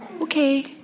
Okay